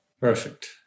Perfect